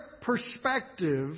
perspective